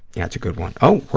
yeah, it's a good one. oh,